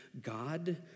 God